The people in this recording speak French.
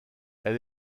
elle